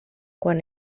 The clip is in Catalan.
quan